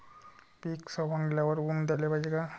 पीक सवंगल्यावर ऊन द्याले पायजे का?